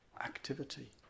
activity